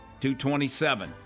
227